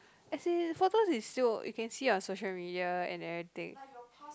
as in photos is still you can see on social media and everything